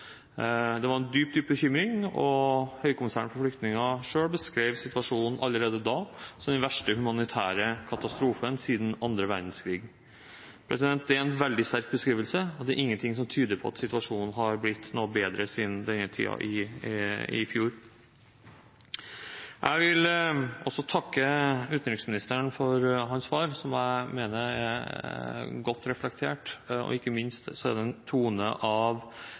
Det var en dyp, dyp bekymring, og Høykommissæren for flyktninger selv beskrev situasjonen allerede da som den verste humanitære katastrofen siden andre verdenskrig. Det er en veldig sterk beskrivelse, og det er ingenting som tyder på at situasjonen har blitt noe bedre siden denne tiden i fjor. Jeg vil også takke utenriksministeren for hans svar, som jeg mener var godt og reflektert. Ikke minst er det en tone av